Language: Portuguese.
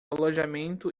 alojamento